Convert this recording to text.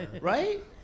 Right